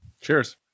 Cheers